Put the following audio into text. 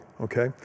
okay